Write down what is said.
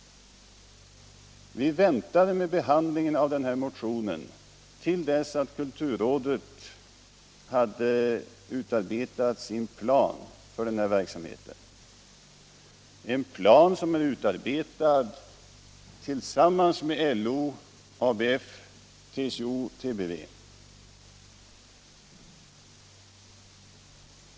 Vi väntade med behandlingen av motionen till dess att kulturrådet hade utarbetat sin plan för denna verksamhet, en plan som är utarbetad tillsammans med LO, ABF, TCO och TBV.